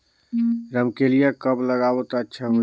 रमकेलिया कब लगाबो ता अच्छा होही?